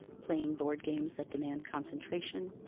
playing board games that demand concentration,